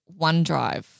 OneDrive